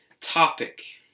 topic